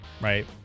right